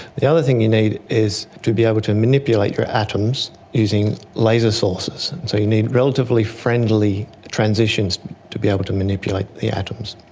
the other thing you need is to be able to manipulate your atoms using laser sources. so you need relatively friendly transitions to be able to manipulate the atoms.